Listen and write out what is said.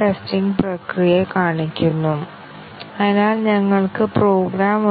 testing നോക്കി statement കവറേജായ സാങ്കേതികത തുടർന്ന് സ്റ്റേറ്റ്മെന്റ് കവറേജിനെക്കാൾ ശക്തമായ ഒരു സാങ്കേതികതയായ ബ്രാഞ്ച് അല്ലെങ്കിൽ ഡിസിഷൻ കവറേജ് ഞങ്ങൾ പരിശോധിച്ചു